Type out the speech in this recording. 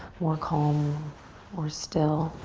more calm or still.